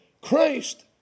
Christ